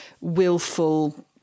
willful